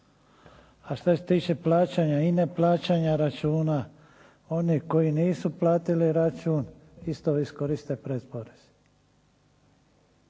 A što se tiče plaćanja i neplaćanja računa oni koji nisu platili račun isto iskoriste predporez.